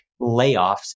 layoffs